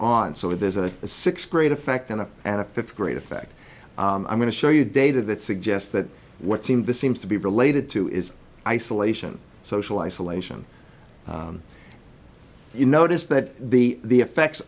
on so there's a sixth grade effect and a fifth grade effect i'm going to show you data that suggests that what seemed this seems to be related to is isolation social isolation you notice that the the effects